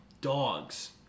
dogs